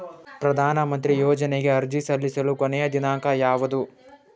ಪ್ರಧಾನ ಮಂತ್ರಿ ಯೋಜನೆಗೆ ಅರ್ಜಿ ಸಲ್ಲಿಸಲು ಕೊನೆಯ ದಿನಾಂಕ ಯಾವದು?